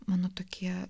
mano tokie